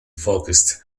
focused